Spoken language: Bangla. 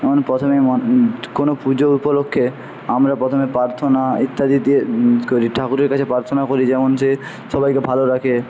আমার প্রথমেই কোনো পুজো উপলক্ষ্যে আমরা প্রথমে পার্থনা ইত্যাদি দিয়ে করি ঠাকুরের কাছে পার্থনা করি যেমন যে সবাইকে ভালো রাখে